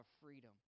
freedom